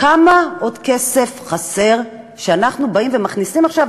כמה עוד כסף חסר שאנחנו באים ומכניסים עכשיו.